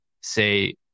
say